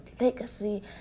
legacy